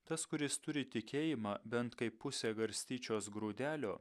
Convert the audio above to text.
tas kuris turi tikėjimą bent kaip pusė garstyčios grūdelio